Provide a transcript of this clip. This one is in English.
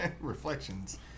Reflections